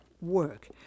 work